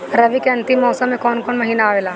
रवी के अंतिम मौसम में कौन महीना आवेला?